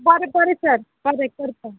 बरें बरें सर बरें करता